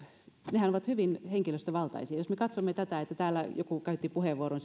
nehän ovat hyvin henkilöstövaltaisia jos me katsomme tätä kun täällä joku käytti puheenvuoron